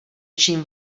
čím